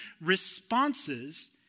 responses